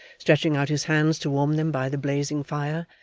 stretching out his hands to warm them by the blazing fire,